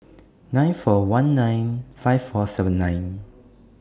nine four one nine five four seven nine